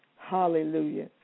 Hallelujah